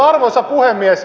arvoisa puhemies